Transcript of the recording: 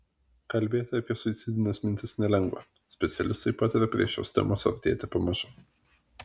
kalbėti apie suicidines mintis nelengva specialistai pataria prie šios temos artėti pamažu